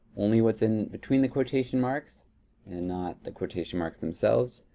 only what's in between the quotation marks and not the quotation marks themselves.